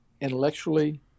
intellectually